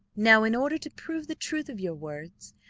now, in order to prove the truth of your words,